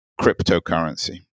cryptocurrency